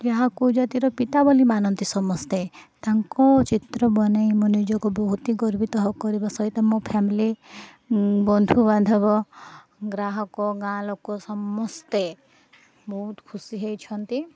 ଯାହାକୁ ଜାତିର ପିତା ବୋଲି ମାନନ୍ତି ସମସ୍ତେ ତାଙ୍କ ଚିତ୍ର ବନେଇ ମୋ ନିଜକୁ ବହୁତ ହି ଗର୍ବିତ କରିବା ସହିତ ମୋ ଫ୍ୟାମିଲି ବନ୍ଧୁବାନ୍ଧବ ଗ୍ରାହକ ଗାଁ ଲୋକ ସମସ୍ତେ ବହୁତ ଖୁସି ହେଇଛନ୍ତି